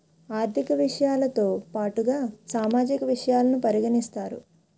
ఆర్థిక విషయాలతో పాటుగా సామాజిక విషయాలను పరిగణిస్తారు